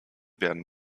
werden